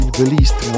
released